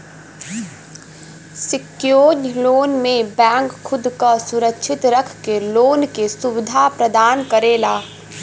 secured loan में bank खुद क सुरक्षित रख के लोन क सुविधा प्रदान करला